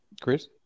chris